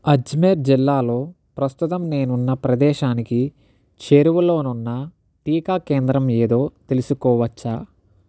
అజ్మేర్ జిల్లాలో ప్రస్తుతం నేనున్న ప్రదేశానికి చేరువలోనున్న టీకా కేంద్రం ఏదో తెలుసుకోవచ్చా